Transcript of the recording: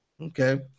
Okay